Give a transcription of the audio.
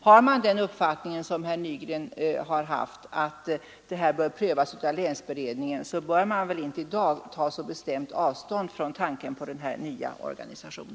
Har man herr Nygrens uppfattning att detta ärende bör prövas av länsberedningen, bör man väl inte i dag ta så bestämt avstånd från tanken på en ny'organisation.